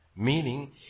Meaning